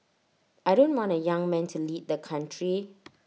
I don't want A young man to lead the country